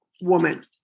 woman